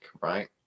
right